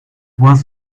was